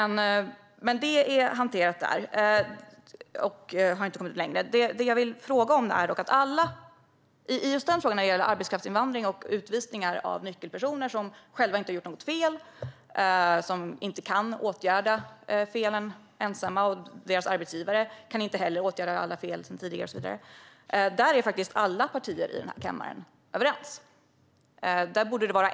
När det gäller frågan om arbetskraftsinvandring och utvisning av nyckelpersoner som själva inte har gjort något fel, som ensamma inte kan åtgärda felen och som deras arbetsgivare inte heller kan åtgärda är alla partier i den här kammaren överens.